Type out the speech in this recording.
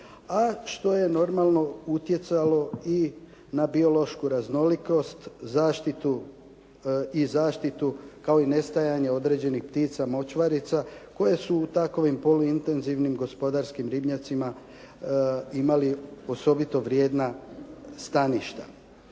A što je normalno utjecalo na biološku raznolikost zaštitu kao i nestajanje određenih ptica močvarica koje su u takvim poli intenzivnim gospodarskim ribnjacima imali osobito vrijedna staništa.